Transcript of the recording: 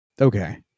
Okay